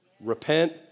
Repent